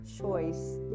choice